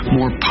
more